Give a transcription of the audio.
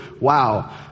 wow